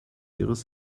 ihres